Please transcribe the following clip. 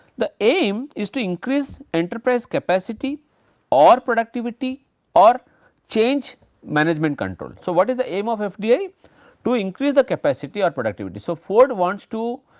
the aim is to increase enterprise capacity or productivity or change management control. so, what is the aim of fdi? to increase the capacity or productivity so ford wants to,